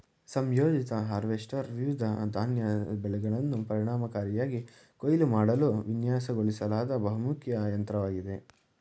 ಸಂಯೋಜಿತ ಹಾರ್ವೆಸ್ಟರ್ ವಿವಿಧ ಧಾನ್ಯ ಬೆಳೆಯನ್ನು ಪರಿಣಾಮಕಾರಿಯಾಗಿ ಕೊಯ್ಲು ಮಾಡಲು ವಿನ್ಯಾಸಗೊಳಿಸಲಾದ ಬಹುಮುಖ ಯಂತ್ರವಾಗಿದೆ